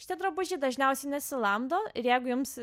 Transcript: šitie drabužiai dažniausiai nesilamdo ir jeigu jums